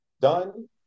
done